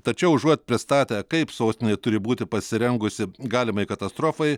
tačiau užuot pristatę kaip sostinė turi būti pasirengusi galimai katastrofai